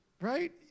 Right